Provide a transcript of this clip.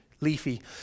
leafy